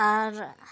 ᱟᱨ